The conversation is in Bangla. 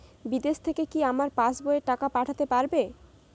বিদেশ থেকে কি আমার পাশবইয়ে টাকা পাঠাতে পারবে?